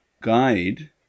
guide